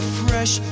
fresh